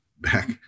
back